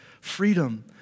freedom